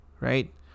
right